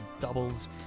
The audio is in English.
doubles